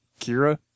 Kira